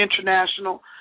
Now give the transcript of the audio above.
international